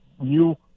new